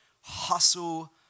hustle